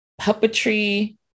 puppetry